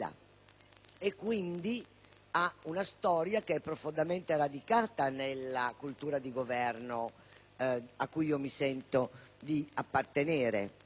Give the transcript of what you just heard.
e quindi ha una storia che è profondamente radicata nella cultura di governo a cui io mi sento di appartenere.